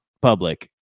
public